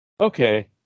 Okay